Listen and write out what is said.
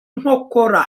nkokora